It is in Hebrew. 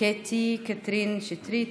קטי קטרין שטרית,